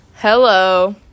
hello